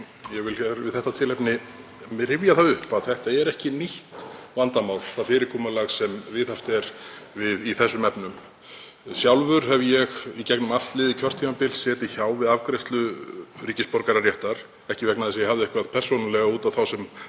Ég vil við þetta tilefni rifja upp að það er ekki nýtt vandamál, fyrirkomulagið sem viðhaft er í þessum efnum. Sjálfur hef ég í gegnum allt liðið kjörtímabil setið hjá við afgreiðslu ríkisborgararéttar, ekki vegna þess að ég hefði persónulega út á þá sem